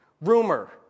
Rumor